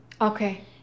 Okay